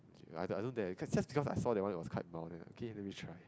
okay I don't dare cause just because I saw that one it was quite mild then I okay let me try